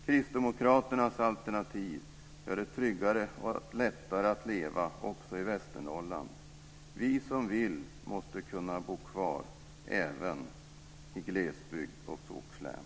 Kristdemokraternas alternativ gör det tryggare och lättare att leva också i Västernorrland. Vi som vill måste kunna bo kvar även i glesbygd och skogslän.